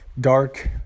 dark